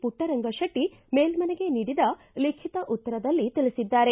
ಪುಟ್ಟರಂಗಶೆಟ್ಟಿ ಮೇಲ್ದನೆಗೆ ನೀಡಿದ ಲಿಖಿತ ಉತ್ತರದಲ್ಲಿ ತಿಳಿಸಿದ್ದಾರೆ